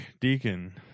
Deacon